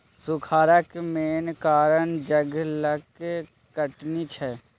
सुखारक मेन कारण जंगलक कटनी छै